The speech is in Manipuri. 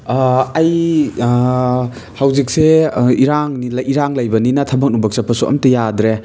ꯑꯩ ꯍꯧꯖꯤꯛꯁꯦ ꯏꯔꯥꯡꯅꯤ ꯏꯔꯥꯡ ꯂꯩꯕꯅꯤꯅ ꯊꯕꯛ ꯅꯨꯡꯕꯛ ꯆꯠꯄꯁꯨ ꯑꯝꯇ ꯌꯥꯗ꯭ꯔꯦ